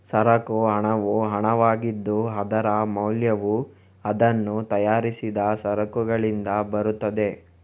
ಸರಕು ಹಣವು ಹಣವಾಗಿದ್ದು, ಅದರ ಮೌಲ್ಯವು ಅದನ್ನು ತಯಾರಿಸಿದ ಸರಕುಗಳಿಂದ ಬರುತ್ತದೆ